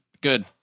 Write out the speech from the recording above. good